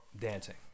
dancing